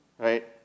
right